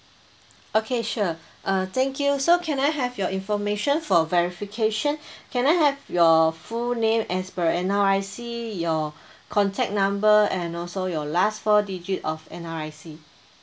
okay sure uh thank you so can I have your information for verification can I have your full name as per N_R_I_C your contact number and also your last four digit of N_R_I_C